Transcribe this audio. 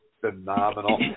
phenomenal